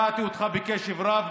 שמעתי אותך בקשב רב,